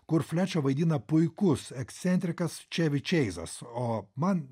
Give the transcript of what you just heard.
kur flečą vaidina puikus ekscentrikas čevi čeizas o man